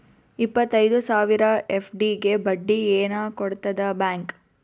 ಇಪ್ಪತ್ತೈದು ಸಾವಿರ ಎಫ್.ಡಿ ಗೆ ಬಡ್ಡಿ ಏನ ಕೊಡತದ ಬ್ಯಾಂಕ್?